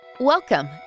Welcome